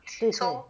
对对